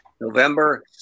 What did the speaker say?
November